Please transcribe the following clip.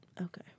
okay